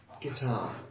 guitar